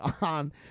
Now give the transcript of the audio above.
on